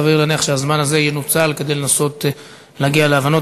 סביר להניח שהזמן הזה ינוצל כדי לנסות להגיע להבנות.